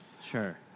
Sure